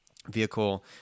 vehicle